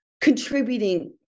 contributing